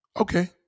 Okay